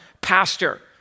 Pastor